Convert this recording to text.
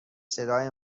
صدای